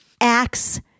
Acts